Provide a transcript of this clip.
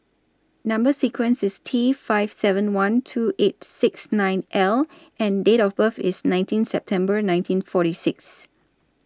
Number sequence IS T five seven one two eight six nine L and Date of birth IS nineteen September nineteen forty six